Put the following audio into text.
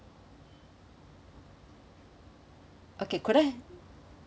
okay could I